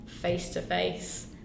face-to-face